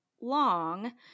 long